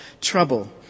trouble